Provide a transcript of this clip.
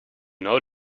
know